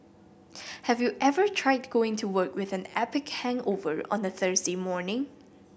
have you ever tried going to work with an epic hangover on a Thursday morning